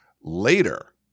later